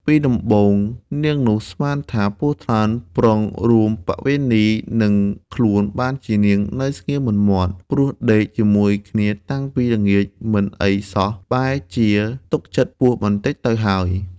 ពីដំបូងនាងនោះស្មានថា ពស់ថ្លាន់ប្រុងរួមបវេណីនិងខ្លួនបានជានាងនៅស្ងៀមមិនមាត់ ព្រោះដេក ជាមួយគ្នាតាំងពីល្ងាចមិនអីសោះបែបជាទុកចិត្ដពស់បន្ដិចទៅហើយ។